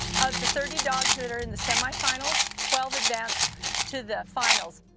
of the thirty dogs that are in the semi-finals, twelve advance to the finals.